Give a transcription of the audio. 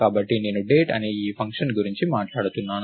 కాబట్టి నేను డేట్ అనే ఈ ఫంక్షన్ గురించి మాట్లాడుతున్నాను